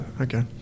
Okay